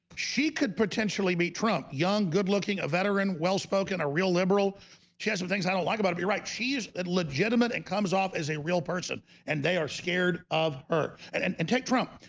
she could potentially meet trunk young good-looking a veteran well-spoken a real liberal she has some things i don't like about it, right she's legitimate and comes off as a real person and they are scared of her and and and take trump.